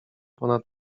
ponad